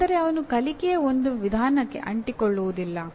ಅಂದರೆ ಅವನು ಕಲಿಕೆಯ ಒಂದು ವಿಧಾನಕ್ಕೆ ಅಂಟಿಕೊಳ್ಳುವುದಿಲ್ಲ